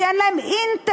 כי אין להם אינטרנט,